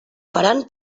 faran